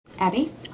Abby